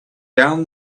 down